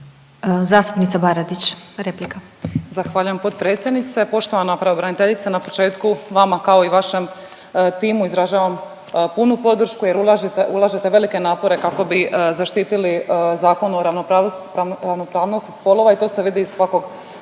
replika. **Baradić, Nikolina (HDZ)** Zahvaljujem potpredsjednice. Poštovana pravobraniteljice, na početku vama kao i vašem timu izražavam punu podršku jer ulažete velike napore kako bi zaštitili Zakon o ravnopravnosti spolova i to se vidi iz svakog